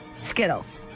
Skittles